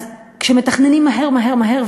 אז כשמתכננים מהר מהר מהר,